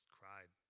cried